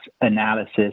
analysis